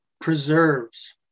preserves